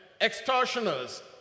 extortioners